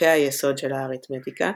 "חוקי היסוד של האריתמטיקה",